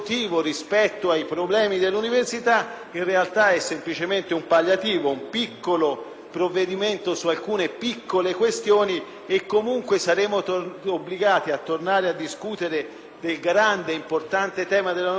in realtà è semplicemente un palliativo o un piccolo provvedimento su alcune piccole questioni. Di conseguenza, saremo obbligati a tornare a discutere del grande ed importante tema dell'università in un momento successivo.